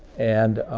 and